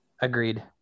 Agreed